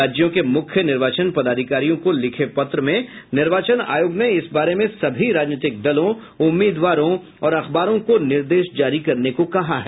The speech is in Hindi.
राज्यों के मुख्य निर्वाचन पदाधिकारियों को लिखे पत्र में निर्वाचन आयोग ने इस बारे में सभी राजनीतिक दलों उम्मीदवारों और अखबारों को निर्देश जारी करने को कहा है